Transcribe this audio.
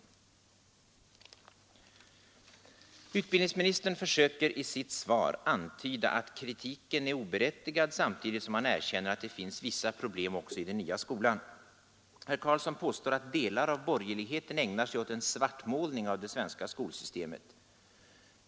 Utbildningsministern försöker i sitt svar antyda att kritiken är oberättigad samtidigt som han erkänner att det finns vissa problem också i den nya skolan. Herr Carlsson påstår att delar av borgerligheten ägnar sig åt en svartmålning av det svenska skolsystemet.